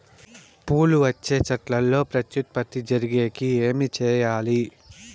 పూలు వచ్చే చెట్లల్లో ప్రత్యుత్పత్తి జరిగేకి ఏమి చేయాలి?